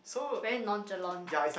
very nonchalant